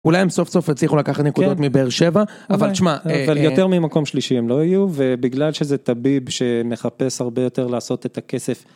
אולי הם סוף סוף הצליחו לקחת נקודות מבאר שבע אבל שמע יותר ממקום שלישי הם לא יהיו ובגלל שזה טביב שנחפש הרבה יותר לעשות את הכסף.